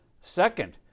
Second